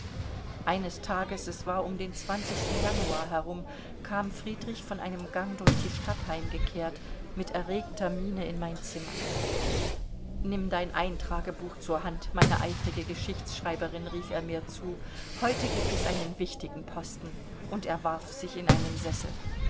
eines tages es war um den januar herum kam friedrich von einem gang durch die stadt heimgekehrt mit erregter miene in mein zimmer nimm dein eintragebuch zur hand meine eifrige geschichtsschreiberin rief er mir zu heute gibt es einen wichtigen posten und er warf sich in einen sessel